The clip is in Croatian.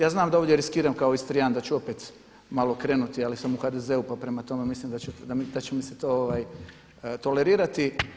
Ja znam da ovdje riskiram kao Istrijan da ću opet malo krenuti, ali sam u HDZ-u pa prema tome mislim da će mi se to tolerirati.